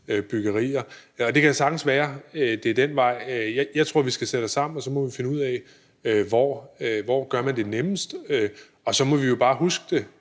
byggerier. Det kan sagtens være, at det er vejen. Jeg tror, at vi skal sætte os sammen, og så må vi finde ud af, hvor man gør det nemmest. Og så må vi jo bare huske det,